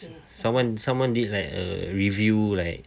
someone someone did like a review like